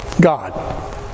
God